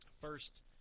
First